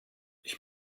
ich